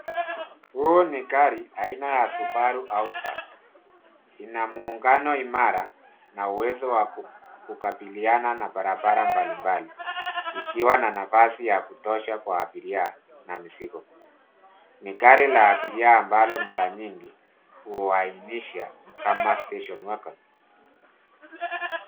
Huu ni gari aina ya Subaru Outback . Ina muungano imara na uwezo wa kukabiliana na barabara mbali mbali, ikiwa na nafasi ya kutosha kwa abiria na mizigo. Ni gari la abiria ambalo mara nyingi huwainisha kama station wagon .